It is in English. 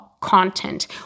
content